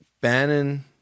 Bannon